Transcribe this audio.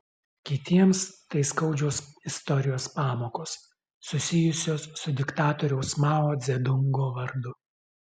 kitiems tai skaudžios istorijos pamokos susijusios su diktatoriaus mao dzedungo vardu